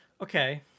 Okay